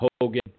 Hogan